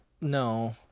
no